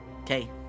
Okay